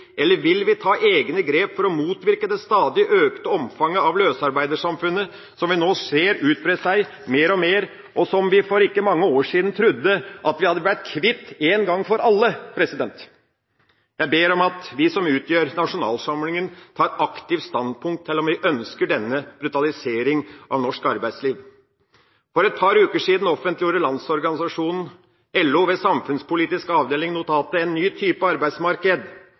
eller vil vi ta egne grep for å motvirke det stadig økte omfanget av det løsarbeidersamfunnet som vi nå ser utbrer seg mer og mer, og som vi for ikke mange år siden trodde vi hadde blitt kvitt en gang for alle? Jeg ber om at vi som utgjør nasjonalforsamlinga, tar aktivt standpunkt til om vi ønsker denne brutaliseringa av norsk arbeidsliv. For et par uker siden offentliggjorde Landsorganisasjonen, LO, ved samfunnspolitisk avdeling, notatet «En ny type arbeidsmarked».